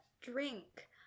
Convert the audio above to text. drink